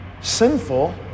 sinful